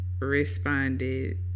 responded